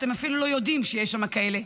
ואתם אפילו לא יודעים שיש שמה כאלו,